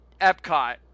Epcot